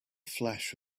flash